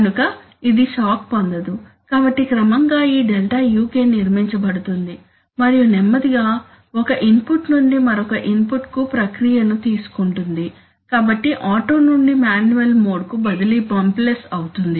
కనుక ఇది షాక్ పొందదు కాబట్టి క్రమంగా ఈ ΔUK నిర్మించబడుతుంది మరియు నెమ్మదిగా ఒక ఇన్పుట్ నుండి మరొక ఇన్పుట్కు ప్రక్రియను తీసుకుంటుంది కాబట్టి ఆటో నుండి మాన్యువల్ మోడ్కు బదిలీ బంప్లెస్ అవుతుంది